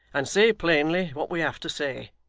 and say plainly what we have to say.